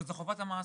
לא, זה חובת המעסיק.